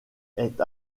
est